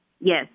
Yes